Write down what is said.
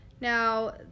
Now